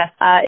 Yes